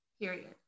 period